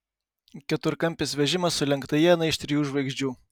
keturkampis vežimas su lenkta iena iš trijų žvaigždžių